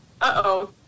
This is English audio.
Uh-oh